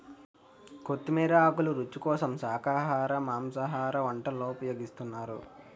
కొత్తిమీర ఆకులు రుచి కోసం శాఖాహార మాంసాహార వంటల్లో ఉపయోగిస్తున్నారు